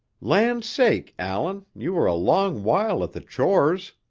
land sake, allan, you were a long while at the chores,